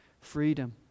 freedom